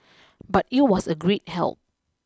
but it was a great help